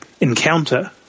encounter